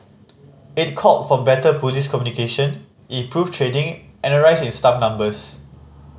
it called for better police communication improved training and a rise in staff numbers